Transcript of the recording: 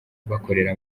bakorera